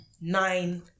nine